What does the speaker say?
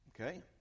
Okay